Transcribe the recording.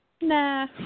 Nah